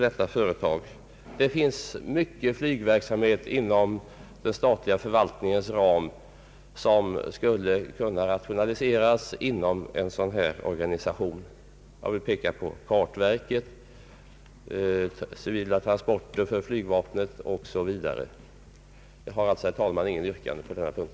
Det finns en stor flygverksamhet inom den statliga förvaltningens ram som skulle kunna rationaliseras genom en sådan organisation. Jag vill peka på flygningar för kartverket, civila transporter för flygvapnet 0. s. Vv. Jag har alltså, herr talman, inget yrkande på denna punkt.